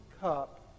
cup